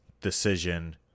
decision